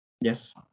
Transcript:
Yes